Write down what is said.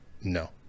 no